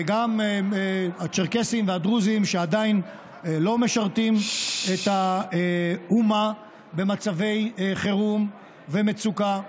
וגם הצ'רקסים והדרוזים שעדיין לא משרתים את האומה במצבי חירום ומצוקה,